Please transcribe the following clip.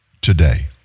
today